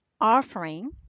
offering